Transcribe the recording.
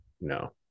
No